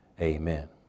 amen